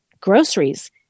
groceries